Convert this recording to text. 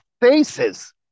faces